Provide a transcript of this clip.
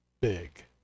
big